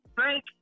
thank